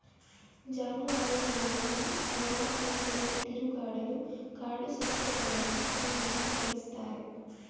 ಜಾನುವಾರುಗಳನ್ನ ಹೊರಾಂಗಣದಲ್ಲಿ ತಿರುಗಾಡಲು ಕಾಡು ಸಸ್ಯಗಳನ್ನು ತಿನ್ನೋಕೆ ಕಳಿಸ್ತಾರೆ